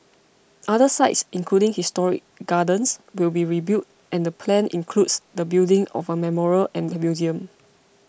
other sites including historic gardens will be rebuilt and the plan includes the building of a memorial and museum